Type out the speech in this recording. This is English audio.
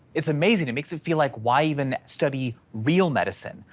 it's amazing. it makes it feel like why even study real medicine,